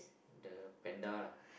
the panda lah